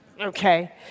Okay